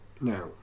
now